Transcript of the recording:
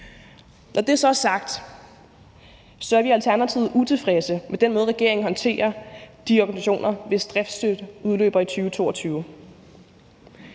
Når det så er sagt, er vi i Alternativet utilfredse med den måde, regeringen håndterer de organisationer på, hvis driftsstøtte udløber i 2022.